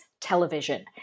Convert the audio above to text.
television